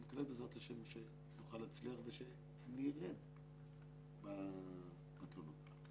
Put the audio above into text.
ואני מקווה בעזרת השם שנוכל להצליח ושנרד במספר התלונות.